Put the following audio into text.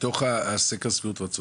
מתוך סקר שביעות הרצון.